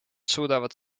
suudavad